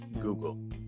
Google